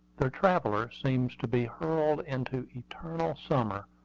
the traveller seems to be hurled into eternal summer,